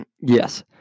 yes